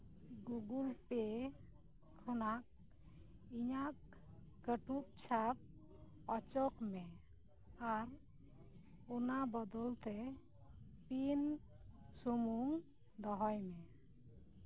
Google ᱯᱮᱹ ᱠᱷᱚᱱᱟᱜ ᱤᱧᱟᱹᱜ ᱠᱟᱹᱴᱩᱵ ᱥᱟᱵ ᱚᱪᱚᱜᱽ ᱢᱮ ᱟᱨ ᱚᱱᱟ ᱵᱚᱫᱚᱞᱛᱮ ᱯᱤᱱ ᱥᱩᱢᱩᱝ ᱫᱚᱦᱚᱭ ᱢᱮ